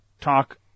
Talk